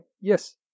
yes